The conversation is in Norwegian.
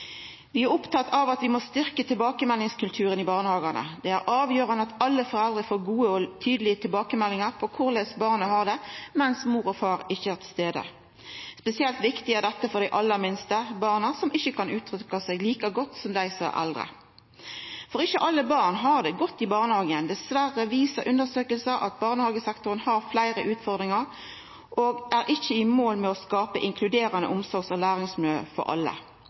Vi er opptatt av at vi må styrkja tilbakemeldingskulturen i barnehagane. Det er avgjerande at alle foreldre får gode og tydelege tilbakemeldingar om korleis barna har det når mor og far ikkje er til stades. Spesielt viktig er dette for dei aller minste barna, som ikkje kan uttrykkja seg like godt som dei som er eldre. Ikkje alle barn har det godt i barnehagen: Dessverre viser undersøkingar at barnehagesektoren har fleire utfordringar og ikkje er i mål med å skapa inkluderande omsorgs- og læringsmiljø for alle.